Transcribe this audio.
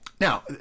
Now